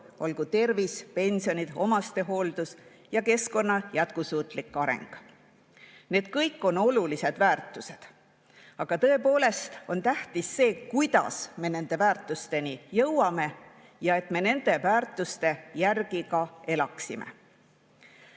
olgu tervis, pensionid või omastehooldus, ja keskkonna jätkusuutlik areng. Need kõik on olulised väärtused. Aga tõepoolest on tähtis see, kuidas me nende väärtusteni jõuame ja et me nende väärtuste järgi ka elaksime.